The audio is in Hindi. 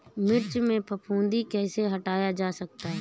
मिर्च में फफूंदी कैसे हटाया जा सकता है?